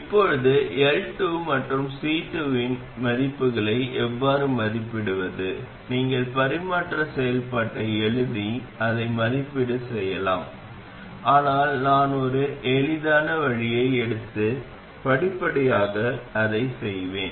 இப்போது L2 மற்றும் C2 இன் மதிப்புகளை எவ்வாறு மதிப்பிடுவது நீங்கள் பரிமாற்ற செயல்பாட்டை எழுதி அதை மதிப்பீடு செய்யலாம் ஆனால் நான் ஒரு எளிதான வழியை எடுத்து படிப்படியாக அதைச் செய்வேன்